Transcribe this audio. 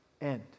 end